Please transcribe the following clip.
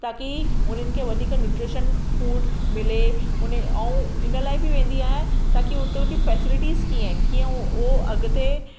ताकी उन्हनि खे वधीक न्युट्रिशन फ़ूड मिले उते ऐं हिन लाइ बि वेंदी आहियां ताकी उतां जी फैसिलिटीज़ कीअं आहिनि कीअं उहो अॻिते